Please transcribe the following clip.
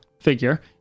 figure